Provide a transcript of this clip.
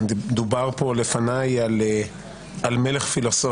שדובר פה לפניי על מלך-פילוסוף,